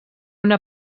una